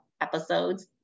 episodes